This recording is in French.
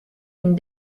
une